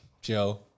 Joe